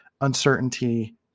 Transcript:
uncertainty